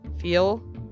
feel